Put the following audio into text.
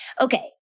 Okay